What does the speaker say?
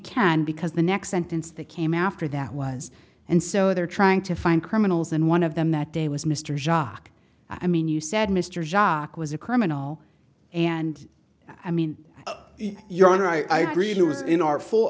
can because the next sentence that came after that was and so they're trying to find criminals and one of them that day was mr jacques i mean you said mr jacques was a criminal and i mean your honor i really was in our full